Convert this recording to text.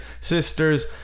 sisters